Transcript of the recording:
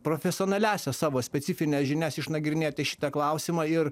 profesionaliąsias savo specifines žinias išnagrinėti šitą klausimą ir